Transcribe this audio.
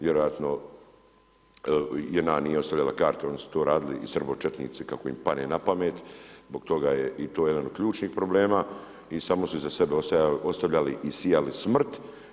Vjerojatno JNA nije ostavljala karte, oni su to radili i srbočetnici, kako im padne na pamet zbog toga je i to jedan od ključnih problema i samo su iza sebe ostavljali i sijali smrt.